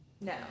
no